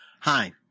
Hi